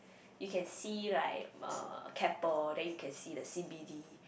you can see right uh Keppel then you can see the C_B_D